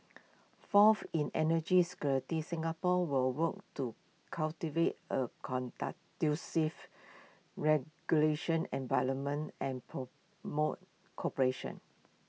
fourth in energy security Singapore will work to cultivate A regulation environment and promote cooperation